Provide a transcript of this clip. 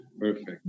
Perfect